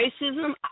racism